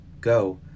go